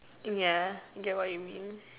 ya get what you mean